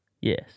Yes